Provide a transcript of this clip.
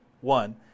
one